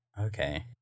Okay